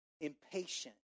impatient